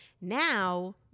Now